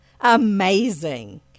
Amazing